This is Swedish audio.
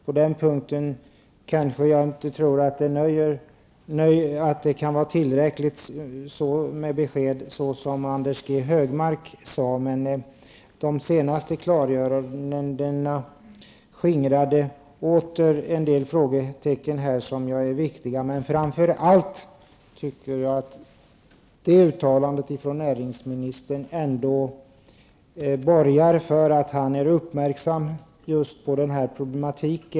På den punkten är jag så nöjd med beskedet som Anders G Högmark var. De senaste klargörandena skingrade en del frågetecken, vilket är viktigt. Framför allt tycker jag att uttalandet från näringsministern i detta avseende borgar för att han är uppmärksam på denna problematik.